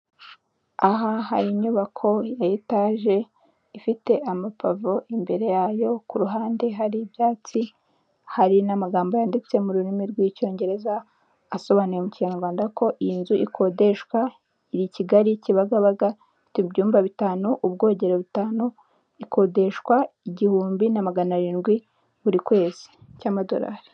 Aha hari inyubako ya etaje, ifite amapavo imbere yayo, ku ruhange hari ibyatsi, hari n'amagambo yanditse mu rurimi y'Icyongereza, asibanuye mu Kinyarwanda ko iyi nzu ikodeshwa. iri i Kigali, Kibagabaga, ifite ibyumba bitanu, ubwogero butanu, ikodeshwa igihumbi na magana arindwi buri kwezi. Cy'amadorari,